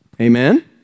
amen